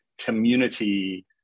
community